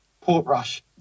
Portrush